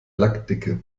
lackdicke